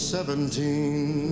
Seventeen